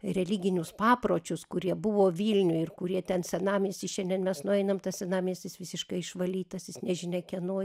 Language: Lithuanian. religinius papročius kurie buvo vilniuj ir kurie ten senamiesty šiandien mes nueinam tas senamiestis visiškai išvalytas jis nežinia kieno